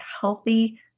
healthy